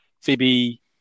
Phoebe